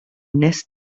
wnest